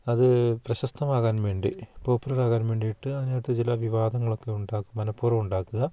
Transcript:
അത് പ്രശസ്തമാകാൻ വേണ്ടി പോപ്പുലർ ആകാൻ വേണ്ടിയിട്ട് അതിനകത്ത് ചില വിവാദങ്ങൾ ഒക്കെ ഉണ്ടാക്കും മനപ്പൂർവ്വം ഉണ്ടാക്കുക